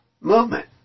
movement